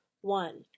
one